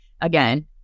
Again